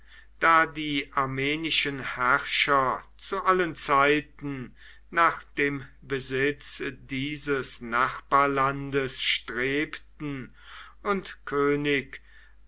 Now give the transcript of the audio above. da die armenischen herrscher zu allen zeiten nach dem besitz dieses nachbarlandes strebten und könig